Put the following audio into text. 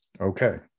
Okay